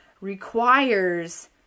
requires